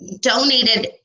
donated